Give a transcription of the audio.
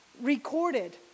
recorded